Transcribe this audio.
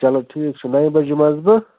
چلو ٹھیٖک چھُ نَیہِ بَجہِ یمہٕ حظ بہٕ